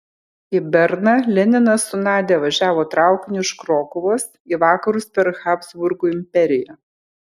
į berną leninas su nadia važiavo traukiniu iš krokuvos į vakarus per habsburgų imperiją